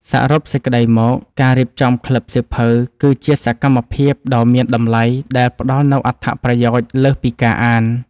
សរុបសេចក្ដីមក ការរៀបចំក្លឹបសៀវភៅគឺជាសកម្មភាពដ៏មានតម្លៃដែលផ្តល់នូវអត្ថប្រយោជន៍លើសពីការអាន។